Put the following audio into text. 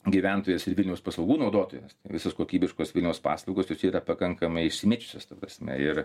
gyventojas ir vilniaus paslaugų naudotojas tai visos kokybiškos vilniaus paslaugos jos yra pakankamai išsimėčiusios ta prasme ir